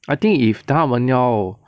I think if 他们要